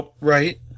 Right